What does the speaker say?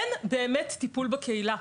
אין באמת טיפול בקהילה.